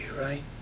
right